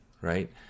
right